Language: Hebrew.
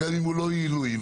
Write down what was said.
גם אם הוא לא יהיה עילוי,